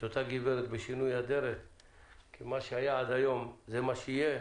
את אותה גברת בשינוי אדרת כי מה שהיה עד היום זה מה שיהיה